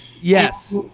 Yes